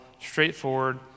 straightforward